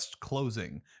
closing